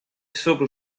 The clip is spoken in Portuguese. sobre